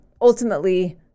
ultimately